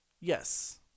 Yes